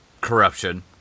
corruption